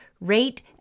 rate